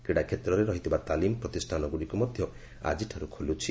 କ୍ରୀଡ଼ା କ୍ଷେତ୍ରରେ ରହିଥିବା ତାଲିମ ପ୍ରତିଷ୍ଠାନଗୁଡ଼ିକ ମଧ୍ୟ ଆଜିଠାରୁ ଖୋଲୁଛି